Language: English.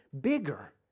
bigger